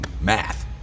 math